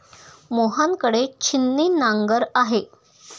मोहन कडे छिन्नी नांगर आहे